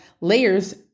layers